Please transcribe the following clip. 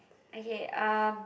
okay um